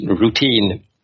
routine